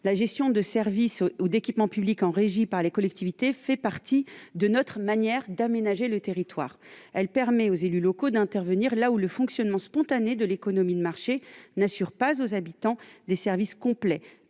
la gestion de services ou d'équipements publics en régie par les collectivités compte parmi les modalités d'aménagement du territoire. Elle permet aux élus locaux d'intervenir là où le fonctionnement spontané de l'économie de marché n'assure pas aux habitants des services complets,